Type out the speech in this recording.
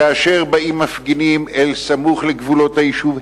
כאשר באים מפגינים אל סמוך לגבולות היישוב,